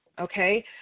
okay